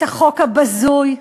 את החוק הבזוי,